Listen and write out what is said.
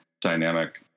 dynamic